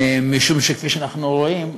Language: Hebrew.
משום שכפי שאנחנו רואים,